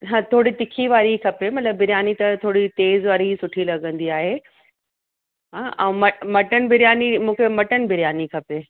हा थोरी तिखी वारी खपे मतिलब बिरयानी त थोरी तेज़ वारी ई सुठी लॻंदी आहे हा ऐं म म मटन बिरयानी मूंखे मटन बिरयानी खपे